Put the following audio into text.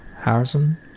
Harrison